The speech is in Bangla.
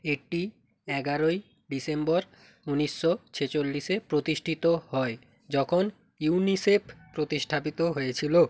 এটি এগারোই ডিসেম্বর উনিশশো ছেচল্লিশে প্রতিষ্ঠিত হয় যখন ইউনিসেফ প্রতিষ্ঠাপিত হয়েছিলো